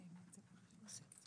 תודה רבה.